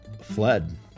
fled